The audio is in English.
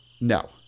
No